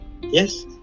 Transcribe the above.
yes